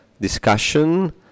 discussion